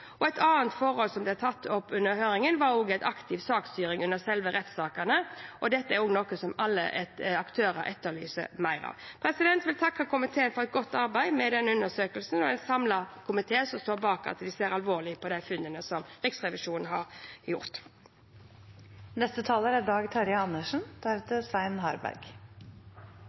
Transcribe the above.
Et annet forhold som ble tatt opp under høringen, var aktiv saksstyring under selve rettssaken, og dette er noe alle aktørene etterlyser mer av. Jeg vil takke komiteen for et godt arbeid med denne undersøkelsen, og det er en samlet komité som står bak at vi ser alvorlig på de funnene som Riksrevisjonen har gjort.